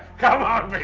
come out,